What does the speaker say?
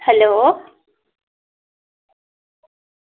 hello